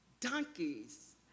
Donkeys